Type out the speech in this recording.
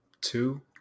two